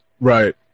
Right